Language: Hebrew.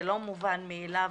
זה לא מובן מאליו